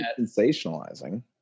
sensationalizing